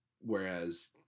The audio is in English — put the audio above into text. whereas